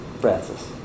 Francis